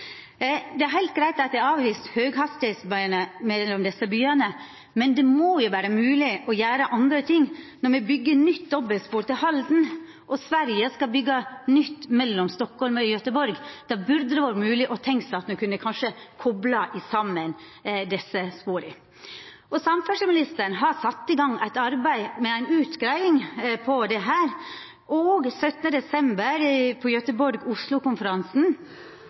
det nordiske folket. Det er heilt greitt at ein har avvist høghastigheitsbane mellom desse byane, men det må vera mogleg å gjera andre ting. Når me byggjer nytt dobbeltspor til Halden og Sverige skal byggja nytt mellom Stockholm og Gøteborg, burde det vore mogleg å tenkja at me kunne kopla desse spora saman. Samferdsleministeren har sett i gang eit arbeid med ei utgreiing om dette, og på Gøteborg‒Oslo-konferansen den 17. desember fekk me presentert det førebelse arbeidet til Jernbaneverket og